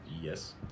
Yes